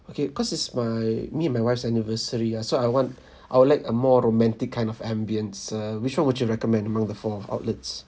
okay cause it's my me and my wife's anniversary ah so I want I would like a more romantic kind of ambience uh which one would you recommend among the four outlets